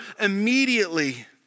immediately